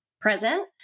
present